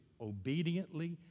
obediently